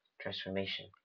transformation